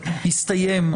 יסתיים,